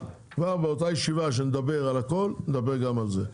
באותה ישיבה שנדבר על הכול נדבר גם על זה.